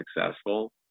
successful